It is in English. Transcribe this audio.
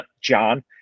John